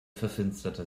verfinsterte